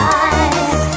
eyes